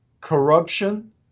corruption